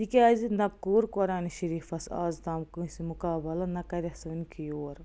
تِکیٛازِ نَہ کوٚر قرآنہِ شریٖفس آز تام کٲنٛسہِ مُقابَلہٕ نَہ کَرٮ۪س وٕنۍکہِ یور